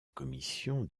commission